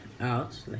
out